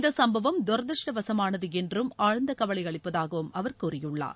இந்த சம்பவம் துரதிருஷ்டவசமானது என்றும் ஆழ்ந்த கவலை அளிப்பதாகவும் அவர் கூறியுள்ளார்